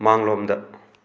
ꯃꯥꯥꯡꯂꯣꯝꯗ